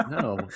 no